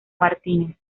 martínez